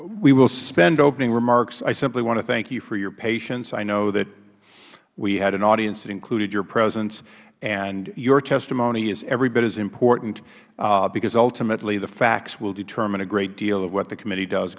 we will suspend opening remarks i simply want to thank you for your patience i know that we had an audience that included your presence and your testimony is every bit as important because ultimately the facts will determine a great deal of what the committee does